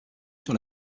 sur